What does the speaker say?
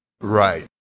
Right